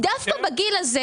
לגבי הנקודה הזאת,